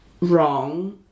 wrong